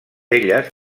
elles